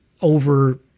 over